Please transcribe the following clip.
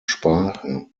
sprache